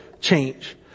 change